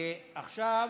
עכשיו